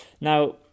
Now